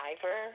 driver